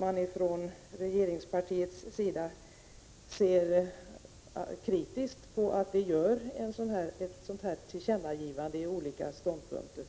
man från regeringspartiets sida skall se kritiskt på att vi gör ett sådant tillkännagivande i olika frågor.